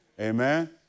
Amen